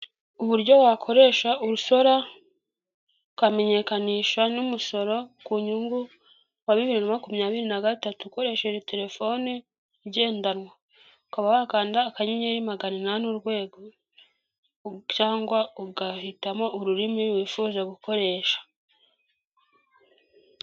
Uburyo wakoresha urusora, ukamenyekanisha n'umusoro ku nyungu, wa bibiri na makumyabiri na gatatu, ukoresheje telefone igendanwa, ukaba wakanda akanyeri magana inani urwego, cyangwa ugahitamo ururimi wifuza gukoresha.